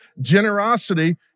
Generosity